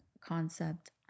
concept